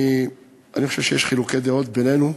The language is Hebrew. אני חושב שיש חילוקי דעות בינינו,